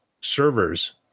servers